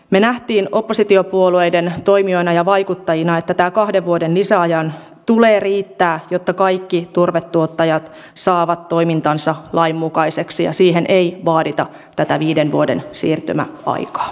me näimme oppositiopuolueiden toimijoina ja vaikuttajina että tämän kahden vuoden lisäajan tulee riittää jotta kaikki turvetuottajat saavat toimintansa lain mukaiseksi ja siihen ei vaadita tätä viiden vuoden siirtymäaikaa